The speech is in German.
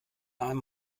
einem